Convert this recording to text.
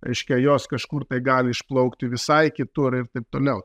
reiškia jos kažkur tai gali išplaukti visai kitur ir taip toliau